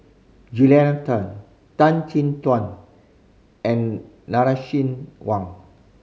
Julia Tan Tan Chin Tuan and Nai Swee Leng